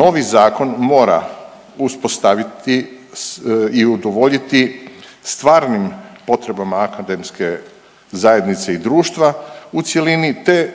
Novi zakon mora uspostaviti i udovoljiti stvarnim potrebama akademske zajednice i društva u cjelini, te